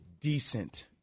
decent –